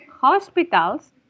hospitals